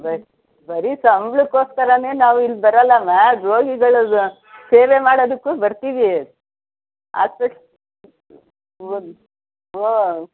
ಬ ಬರಿ ಸಂಬಳಕೋಸ್ಕರನೇ ನಾವು ಇಲ್ಲಿ ಬರೋಲ್ಲಮ್ಮ ರೋಗಿಗಳ್ಗೆ ಸೇವೆ ಮಾಡೋದಕ್ಕೂ ಬರ್ತೀವಿ ಆಸ್ಪೆಟ್ ವ